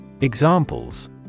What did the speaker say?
Examples